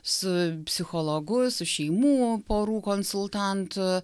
su psichologu su šeimų porų konsultantu